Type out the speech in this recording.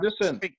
Listen